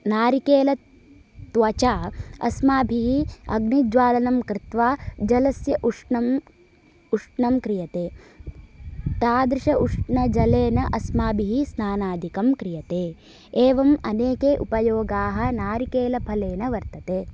नारिकेल त्वचा अस्माभिः अग्निज्वालनं कृत्वा जलस्य उष्णम् उष्णं क्रियते तादृश उष्ण जलेन अस्माभिः स्नानादिकं क्रियते एवम् अनेके उपयोगाः नारिकेलफलेन वर्तते